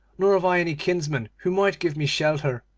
nor have i any kinsman who might give me shelter